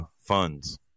funds